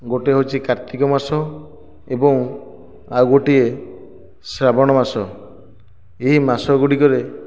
ଗୋଟିଏ ହେଉଛି କାର୍ତ୍ତିକ ମାସ ଏବଂ ଆଉ ଗୋଟିଏ ଶ୍ରାବଣ ମାସ ଏହି ମାସ ଗୁଡ଼ିକରେ